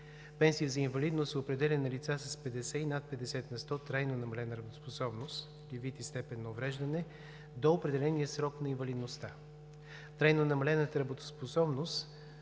Пенсии за инвалидност се определят на лица с 50 и над 50 на сто трайно намалена работоспособност, вид и степен на увреждане до определения срок на инвалидността. Трайно намалената работоспособност,